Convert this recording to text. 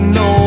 no